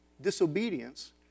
disobedience